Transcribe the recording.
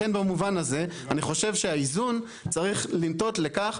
לכן במובן הזה אני חושב שהאיזון צריך לנטות לכך,